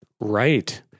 Right